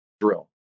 drill